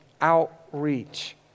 outreach